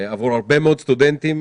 עבור הרבה מאוד סטודנטים,